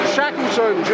Shackleton